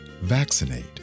Vaccinate